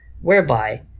Whereby